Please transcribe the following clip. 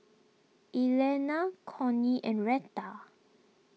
Elaina Connie and Reta